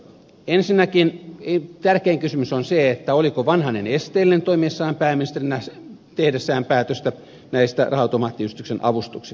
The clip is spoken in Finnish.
ensinnäkin tärkein kysymys on se oliko vanhanen esteellinen toimiessaan pääministerinä ja tehdessään päätöstä näistä raha automaattiyhdistyksen avustuksista